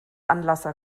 anlasser